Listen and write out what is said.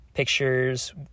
pictures